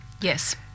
Yes